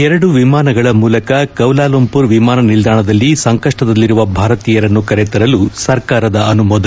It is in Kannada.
ಎರಡು ವಿಮಾನಗಳ ಮೂಲಕ ಕ್ಲಾಲಾಲಂಪುರ್ ವಿಮಾನ ನಿಲ್ಲಾಣದಲ್ಲಿ ಸಂಕಷ್ಟದಲ್ಲಿರುವ ಭಾರತೀಯರನ್ನು ಕರೆ ತರಲು ಸರ್ಕಾರದ ಅನುಮೋದನೆ